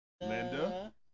Linda